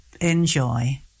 enjoy